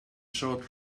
short